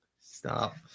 Stop